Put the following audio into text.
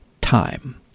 time